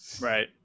right